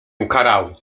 ukarał